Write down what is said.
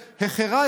של עמיר פרץ.